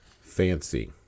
fancy